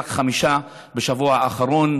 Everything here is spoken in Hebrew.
רק חמישה בשבוע האחרון,